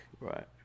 Right